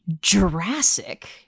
Jurassic